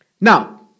Now